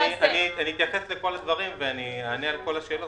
אני אתייחס לכל הדברים ואני אענה על כל השאלות,